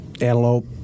antelope